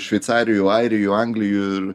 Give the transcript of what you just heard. šveicarijų airijų anglijų ir